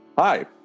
Hi